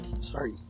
Sorry